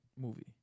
movie